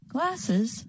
Glasses